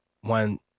one